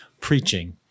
preaching